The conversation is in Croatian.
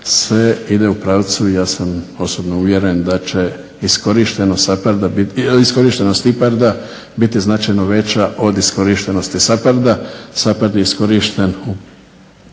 se ide u pravcu, ja sam osobno uvjeren da će iskorištenost IPARD-a biti značajno veća od iskorištenosti SAPARD-a.